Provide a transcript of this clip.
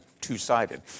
two-sided